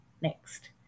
Next